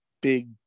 big